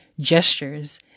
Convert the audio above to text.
gestures